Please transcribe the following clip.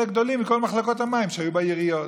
גדולים מכל מחלקות המים שהיו בעיריות.